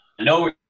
No